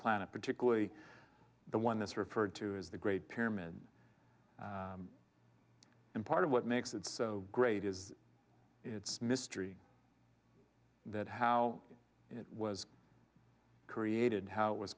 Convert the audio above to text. planet particularly the one that's referred to as the great pyramid and part of what makes it so great is its mystery that how it was created how it was